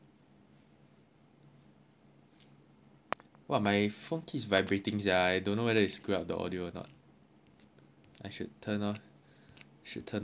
well my phone keeps vibrating sia I don't know whether it screw up the audio or not I should turn off should turn off vibrations